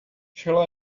shall